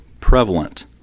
prevalent